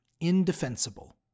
indefensible